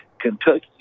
Kentucky